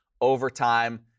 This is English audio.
Overtime